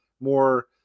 more